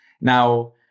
Now